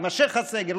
יימשך הסגר,